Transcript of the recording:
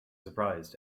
surprised